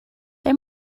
they